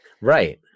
Right